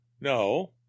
No